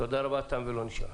תם ולא נשלם.